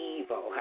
evil